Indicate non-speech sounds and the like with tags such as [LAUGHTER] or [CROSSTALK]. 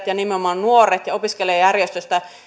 [UNINTELLIGIBLE] ja nimenomaan nuorilta ja opiskelijajärjestöiltä